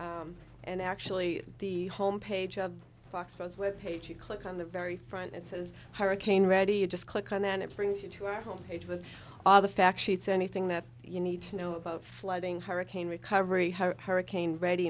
website and actually the home page of fox for us with page you click on the very front it says hurricane ready you just click on then it brings you to our home page with all the fact sheets anything that you need to know about flooding hurricane recovery hurricane ready